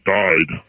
died